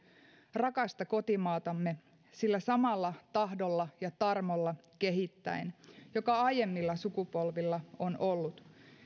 rakasta kotimaatamme sillä samalla tahdolla ja tarmolla kehittäen joka aiemmilla sukupolvilla on ollut